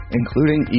including